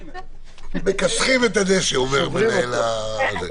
מכסחים את הדשא, אומר מנהל הוועדה.